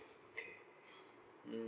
okay mm